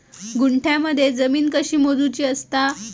गुंठयामध्ये जमीन कशी मोजूची असता?